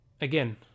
again